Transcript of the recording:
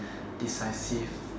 decisive